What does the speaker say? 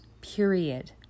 Period